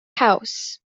house